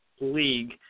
league